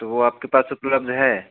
तो वह आपके पास उपलब्ध है